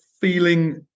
feeling